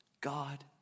God